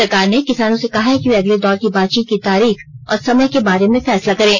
सरकार ने किसानों से कहा है कि वे अगले दौर की बातचीत की तारीख और समय के बारे में फैसला करें